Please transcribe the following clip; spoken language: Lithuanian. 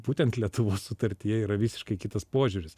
būtent lietuvos sutartyje yra visiškai kitas požiūris